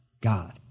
God